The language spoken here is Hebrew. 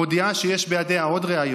מודיעה שיש בידיה עוד ראיות?